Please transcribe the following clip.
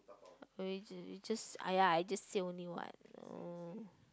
oh you just you just !aiya! I just say only what oh